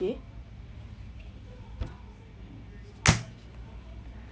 okay